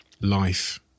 life